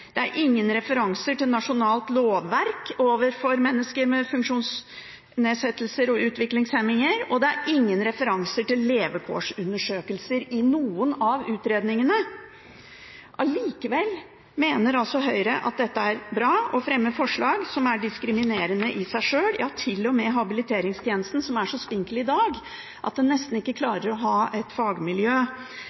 det er ingen referanser til nasjonalt lovverk overfor mennesker med funksjonsnedsettelser og utviklingshemninger, og det er ingen referanser til levekårsundersøkelser i noen av utredningene. Allikevel mener altså Høyre at dette er bra, og fremmer forslag som er diskriminerende i seg sjøl, ja til og med om habiliteringstjenesten, som er så spinkel i dag at en nesten ikke klarer å ha et fagmiljø,